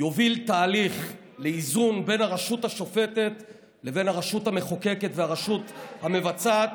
יוביל תהליך לאיזון בין הרשות השופטת לבין הרשות המחוקקת והרשות המבצעת,